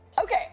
Okay